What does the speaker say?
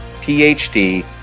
PhD